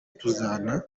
tuzana